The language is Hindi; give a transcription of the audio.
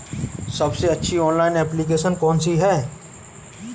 सबसे अच्छी ऑनलाइन एप्लीकेशन कौन सी है?